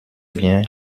bien